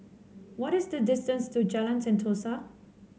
what is the distance to Jalan Sentosa